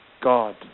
god